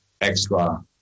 extra